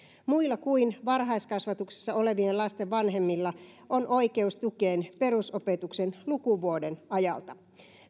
muilla kuin varhaiskasvatuksessa olevien lasten vanhemmilla on oikeus tukeen perusopetuksen lukuvuoden ajalta